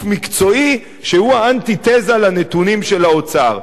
מקצועי שהוא האנטיתזה לנתונים של האוצר.